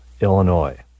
Illinois